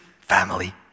Family